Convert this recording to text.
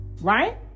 Right